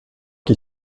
qui